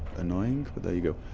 annoying, but there you go